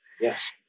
Yes